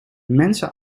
mensen